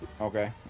Okay